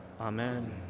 Amen